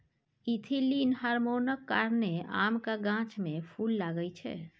ethylene हार्मोनक कारणेँ आमक गाछ मे फुल लागय छै